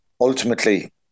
ultimately